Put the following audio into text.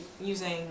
using